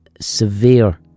severe